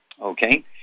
Okay